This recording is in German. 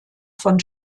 von